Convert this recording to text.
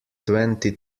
twenty